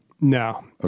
No